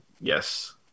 Yes